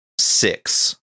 six